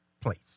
place